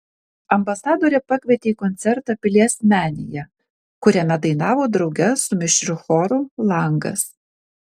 ambasadorė pakvietė į koncertą pilies menėje kuriame dainavo drauge su mišriu choru langas